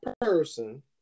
person